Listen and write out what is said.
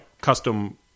custom